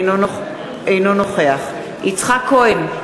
אינו נוכח יצחק כהן,